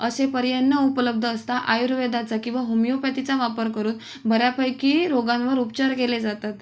असे पर्याय न उपलब्ध असता आयुर्वेदाचा किंवा होमिओपॅथीचा वापर करून बऱ्यापैकी रोगांवर उपचार केले जातात